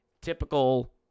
typical